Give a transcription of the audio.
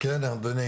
בתי אב,